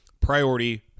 priority